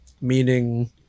Meaning